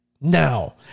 Now